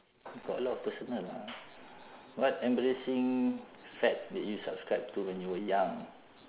got a lot of personal lah what embarrassing fad did you subscribe to when you were young